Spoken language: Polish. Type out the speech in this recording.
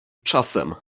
czasem